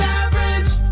average